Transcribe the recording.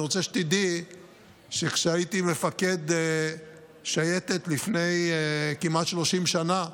אני רוצה שתדעי שכשהייתי מפקד שייטת לפני כמעט 30 שנה,